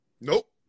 Nope